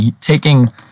taking